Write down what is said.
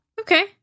Okay